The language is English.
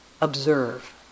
observe